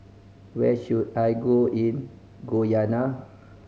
where should I go in Guyana